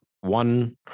one